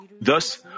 Thus